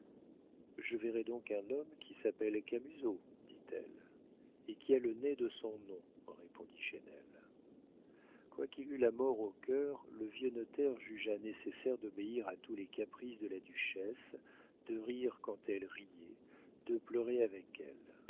je verrai donc un homme qui s'appelle camusot dit-elle et qui a le nez de son nom répondit chesnel quoiqu'il eût la mort au cœur le vieux notaire jugea nécessaire d'obéir à tous les caprices de la duchesse de rire quand elle rirait de pleurer avec elle